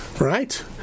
Right